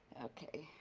okay.